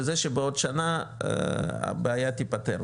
לזה שבעוד שנה הבעיה תיפתר,